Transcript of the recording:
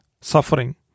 suffering